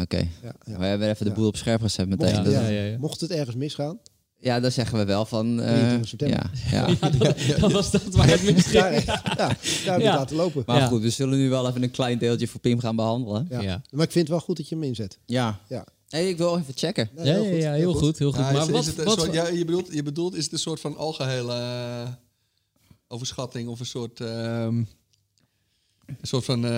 Oké. Ja, ja. Wij hebben even de Ja. boel op scherp gezet meteen. Mocht het- Ja, ja, ja, ja. Mocht het ergens misgaan? Ja, dan zeggen we wel van, eh, 23 september. ja, ja. Ja, dat- Ja, ja, dat ja. was dat waar het Daar- misging. Ja, daar moet je Ja. het laten lopen. Maar Ja. goed, we zullen nu wel even een klein deeltje voor Pim gaan behandelen. Ja. Ja. Maar ik vind het wel goed dat je hem inzet. Ja. Ja. Hey, ik wil even checken. Nee, heel Ja, ja, goed, ja, heel heel goed. goed, heel goed. Ja, is- Maar is wat- het een wat soort- voor- ja, je bedoelt- je bedoelt, is het een soort van algehele, eh, overschatting of een soort, ehm, een soort van, eh,